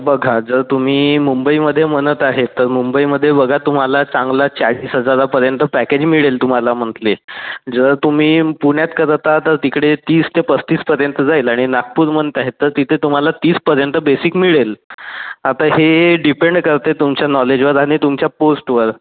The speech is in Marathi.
बघा जर तुम्ही मुंबईमध्ये म्हणत आहे तर मुंबईमध्ये बघा तुम्हाला चांगला चाळीस हजारापर्यंत पॅकेज मिळेल तुम्हाला मंथली जर तुम्ही पुण्यात करत आहात तर तिकडे तीस ते पस्तीसपर्यंत जाईल आणि नागपूर म्हणत आहे तर तिथे तुम्हाला तीसपर्यंत बेसिक मिळेल आता हे डिपेंड करत आहे तुमच्या नॉलेजवर आणि तुमच्या पोस्टवर